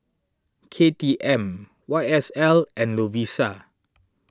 K T M Y S L and Lovisa